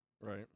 Right